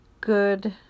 good